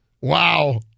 Wow